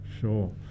sure